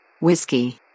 Whiskey